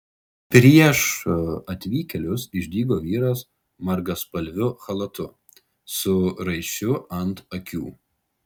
prieš atvykėlius išdygo vyras margaspalviu chalatu su raiščiu ant akių